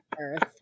Earth